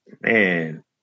Man